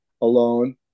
alone